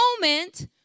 moment